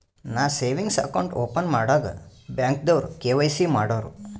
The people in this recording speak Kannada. ನಾ ಸೇವಿಂಗ್ಸ್ ಅಕೌಂಟ್ ಓಪನ್ ಮಾಡಾಗ್ ಬ್ಯಾಂಕ್ದವ್ರು ಕೆ.ವೈ.ಸಿ ಮಾಡೂರು